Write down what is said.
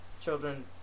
children